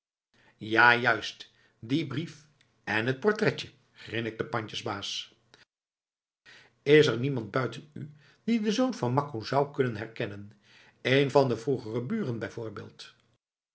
ja juist die brief en t portretje grinnikt de pandjesbaas is er niemand buiten u die den zoon van makko zou kunnen herkennen een van de vroegere buren